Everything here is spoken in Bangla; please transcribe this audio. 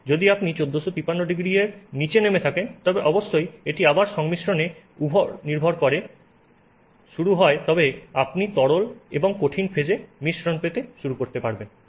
যদি আপনি 1453ºC এর নিচে নেমে থাকেন তবে অবশ্যই এটি আবার সংমিশ্রনের উপর নির্ভর করে শুরু হয় তবে আপনি তরল এবং কঠিন ফেজে মিশ্রণ পেতে শুরু করতে পারবেন